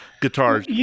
guitars